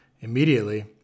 immediately